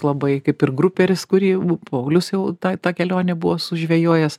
labai kaip ir gruperis kurį paulius jau tą tą kelionę buvo sužvejojęs